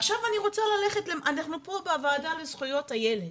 עכשיו אנחנו פה בוועדה לזכויות הילד.